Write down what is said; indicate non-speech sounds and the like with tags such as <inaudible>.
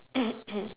<coughs>